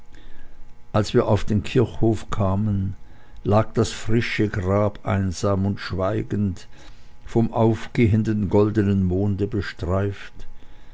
als wir auf den kirchhof kamen lag das frische grab einsam und schweigend vom aufgehenden goldenen monde bestreift